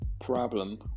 problem